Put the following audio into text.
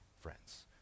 friends